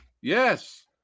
Yes